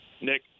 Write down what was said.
Nick